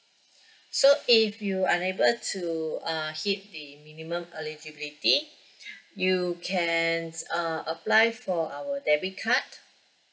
so if you unable to uh hit the minimum eligibility you can uh apply for our debit card